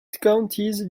counties